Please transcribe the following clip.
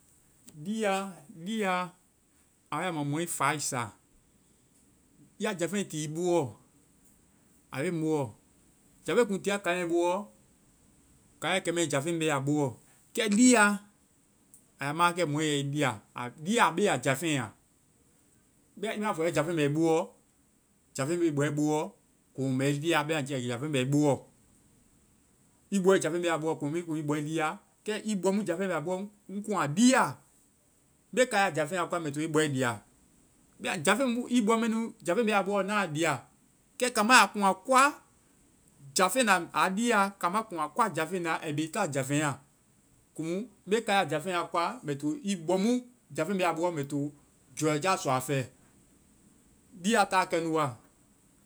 Dia! Dia! A wa ya ma mɔi faisa. Ya jáfeŋ tii i boɔ. A be ŋ boɔ. Jáfeŋ kuŋ tia kai mɛ boɔ, kaiɛ kɛmɛ, jáfeŋ be a boɔ. Kɛ dia! A ya ma wakɛ mɔ yɛ i dia. A biya, a be ya jáfeŋ a. Bɛma i ma fɔ i yɔ jáfeŋ bɛ i boɔ, jáfeŋ be i bɔɛ boɔ komu mɛ i dia bɛma kɛ jáfeŋ bɛ i booɔ. I bɔɛ jáfeŋ be a boɔ komu me kuŋ i bɔɛ dia? Kɛ i bɔ mu jáfeŋ bɛ a boɔ, ŋ kuŋ a dia. Me kaa jáfeŋ a koa mɛ to i bɔɛ dia. Bɛma jáfeŋ mu i bɔ mɛ nu. Jáfeŋ be a boɔ, na dia. Kɛ kambá, a kuŋ a koa jáfeŋ nda a dia. Kambá kuŋ a koa jáfeŋ da ai be i ta jáfeŋ a. Komu me kaa ya jáfeŋ a koa mɛ to i bɔmu jáfeŋ be a boɔ mɛ to joyaja sɔ a fɛ. Dia ta kɛnu wa.